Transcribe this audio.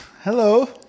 Hello